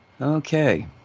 Okay